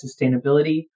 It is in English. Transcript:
sustainability